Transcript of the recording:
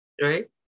right